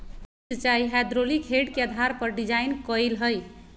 lift सिंचाई hydraulic head के आधार पर डिजाइन कइल हइ